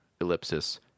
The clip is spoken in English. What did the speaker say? ellipsis